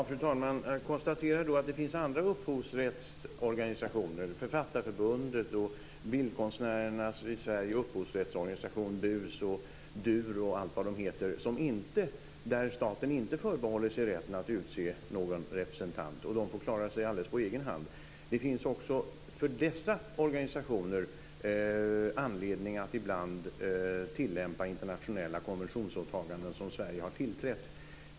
Fru talman! Jag konstaterar då att det finns andra upphovsrättsorganisationer, Författarförbundet, Sveriges bildkonstnärers upphovsrättsorganisation BUS och DUR och allt vad de heter, där staten inte förbehåller sig rätten att utse någon representant. De får klara sig alldeles på egen hand. Det finns också för dessa organisationer anledning att ibland tillämpa internationella konventionsåtaganden som Sverige har tillträtt.